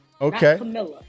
okay